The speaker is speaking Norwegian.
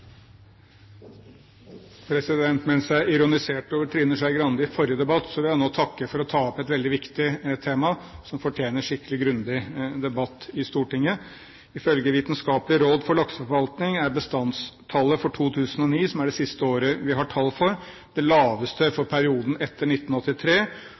Mens jeg ironiserte over Trine Skei Grande i forrige debatt, vil jeg nå takke henne for å ta opp et veldig viktig tema, som fortjener skikkelig, grundig debatt i Stortinget. Ifølge Vitenskapelig råd for lakseforvaltning er bestandstallet for 2009, som er det siste året vi har tall for, det laveste